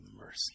mercy